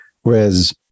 Whereas